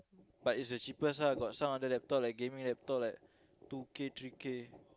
but is the cheapest lah got some other laptop like gaming laptop like two K three K